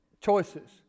choices